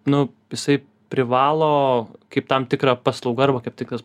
nu jisai privalo kaip tam tikra paslauga arba kaip tikras